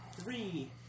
Three